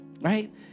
right